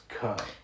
cut